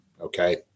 Okay